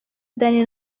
danny